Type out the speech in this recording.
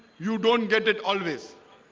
you don't get it always